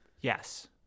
yes